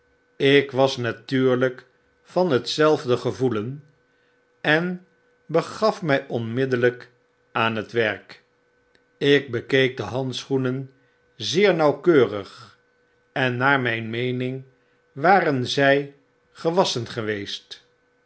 lk was natuurlijk van hetzelfde gevoelen en begaf mij onmiddellyk aan het werk ik bekeek de handschoenen zeer nauwkeurig en naar myn meening waren zjj gewasschen geweest